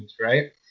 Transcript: right